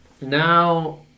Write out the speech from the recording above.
now